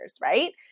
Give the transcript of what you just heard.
right